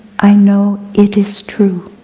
i know it is true.